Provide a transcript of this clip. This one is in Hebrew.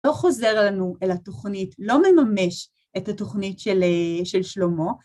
לא חוזר אלינו... אל התוכנית, לא מממש את התוכנית של שלמה.